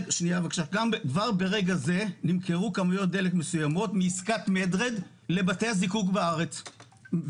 כבר ברגע זה נמכרו כמויות דלק מסוימות מעסקת med red לבתי הזיקוק בארץ,